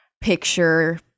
picture